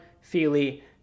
Feely